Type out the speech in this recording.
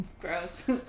Gross